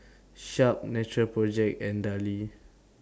Sharp Natural Project and Darlie